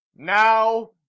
Now